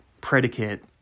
predicate